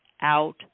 out